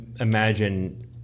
imagine